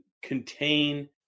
contain